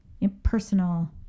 impersonal